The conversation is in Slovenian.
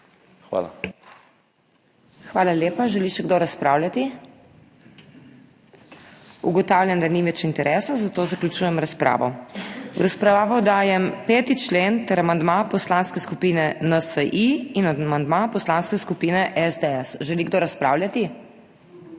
HOT:** Hvala lepa. Želi še kdo razpravljati? Ugotavljam, da ni več interesa, zato zaključujem razpravo. V razpravo dajem 5. člen ter amandma Poslanske skupine NSi in amandma Poslanske skupine SDS. Želi kdo razpravljati?